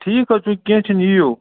ٹھیٖک حظ چھُ کیٚنٛہہ چھُنہٕ یِیِو